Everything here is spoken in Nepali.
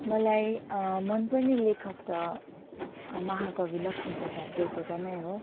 मलाई मनपर्ने लेखक त महाकवि लक्ष्मीप्रसाद देवकोटा नै हो